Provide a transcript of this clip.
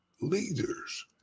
leaders